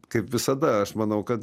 kaip visada aš manau kad